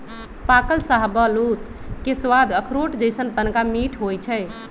पाकल शाहबलूत के सवाद अखरोट जइसन्न तनका मीठ होइ छइ